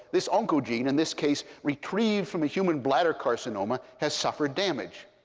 this oncogene in this case retrieved from a human bladder carcinoma has suffered damage.